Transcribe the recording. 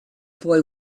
boy